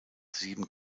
sieben